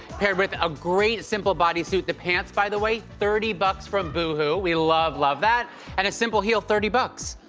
paired with a great simple bodysuit. the pants, by the way, thirty bucks from boohoo, we love, love that, and a simple heel, thirty dollars bucks.